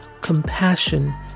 compassion